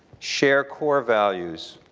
share core values,